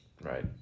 Right